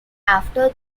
after